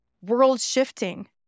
world-shifting